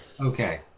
Okay